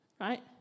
right